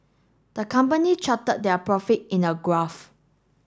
the company charted their profit in a graph